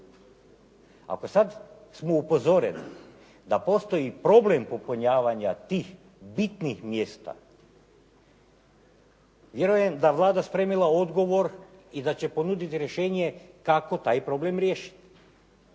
Ako sad smo upozoreni da postoji problem popunjavanja tih bitnih mjesta vjerujem da je Vlada spremila odgovor i da će ponuditi rješenje kako taj problem riješiti.